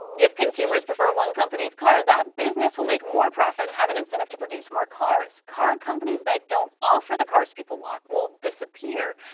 if consumers prefer one company's car, that business will make more profit and have an incentive to produce more cars. car companies that don't offer the cars people want will disappear.